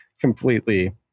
completely